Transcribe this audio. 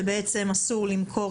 שבעצם אסור למכור,